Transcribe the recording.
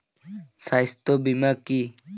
স্বাস্থ্য বীমা কি?